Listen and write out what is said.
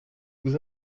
vous